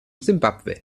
simbabwe